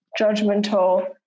judgmental